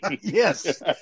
Yes